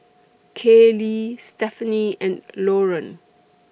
Kayleigh Stephaine and Loran